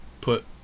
Put